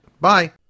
Bye